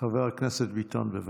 חבר הכנסת ביטון, בבקשה.